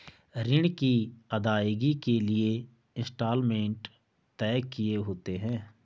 ऋण की अदायगी के लिए इंस्टॉलमेंट तय किए होते हैं